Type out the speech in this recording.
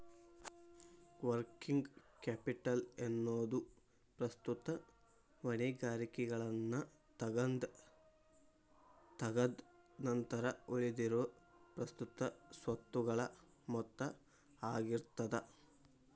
working capital ಎನ್ನೊದು ಪ್ರಸ್ತುತ ಹೊಣೆಗಾರಿಕೆಗಳನ್ನ ತಗದ್ ನಂತರ ಉಳಿದಿರೊ ಪ್ರಸ್ತುತ ಸ್ವತ್ತುಗಳ ಮೊತ್ತ ಆಗಿರ್ತದ